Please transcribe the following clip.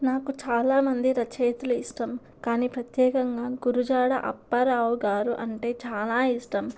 నాకు చాలామంది రచయితులు ఇష్టం కానీ ప్రత్యేకంగా గురుజాడ అప్పరావు గారు అంటే చాలా ఇష్టం